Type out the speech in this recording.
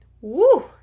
Woo